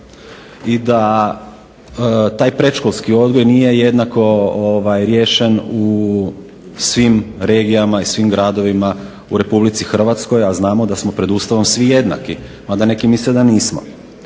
i da taj predškolski odgoj nije jednako riješen u svim regijama i svim gradovima u RH, a znamo da smo pred Ustavom svi jednaki mada neki misle da nismo.